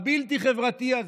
הבלתי-חברתי הזה,